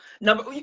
number